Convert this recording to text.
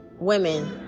women